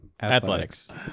Athletics